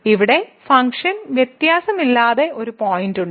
ഇവിടെ ഫംഗ്ഷൻ വ്യത്യാസമില്ലാത്ത ഒരു പോയിന്റുണ്ട്